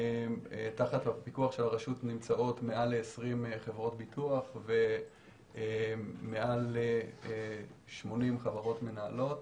תחת הפיקוח של הרשות נמצאות מעל 120 חברות ביטוח ומעל 80 חברות מנהלות.